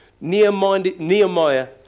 Nehemiah